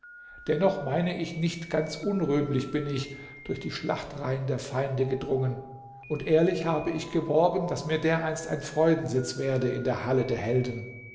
dennoch meine ich nicht ganz unrühmlich bin ich durch die schlachtreihen der feinde gedrungen und ehrlich habe ich geworben daß mir dereinst ein freudensitz werde in der halle der helden